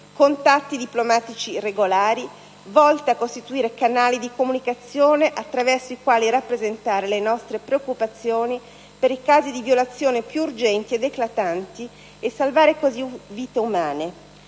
contatti diplomatici regolari - volte a costituire canali di comunicazione attraverso i quali rappresentare le nostre preoccupazioni per i casi di violazione più urgenti ed eclatanti e salvare così vite umane.